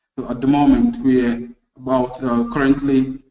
at the moment we are about currently